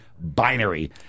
binary